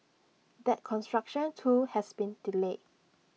that construction too has been delayed